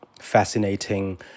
fascinating